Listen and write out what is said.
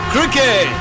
Cricket